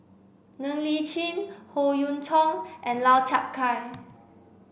Ng Li Chin Howe Yoon Chong and Lau Chiap Khai